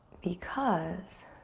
because,